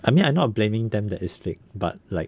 I mean I'm not blaming them that is fake but like